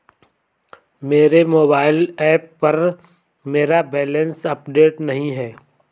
मेरे mobile app पर मेरा बैलेंस अपडेट नहीं है